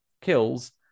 kills